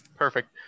Perfect